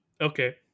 Okay